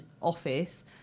office